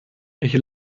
ich